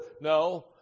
No